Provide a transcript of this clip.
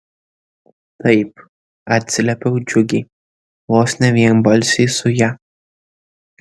taip atsiliepiau džiugiai vos ne vienbalsiai su ja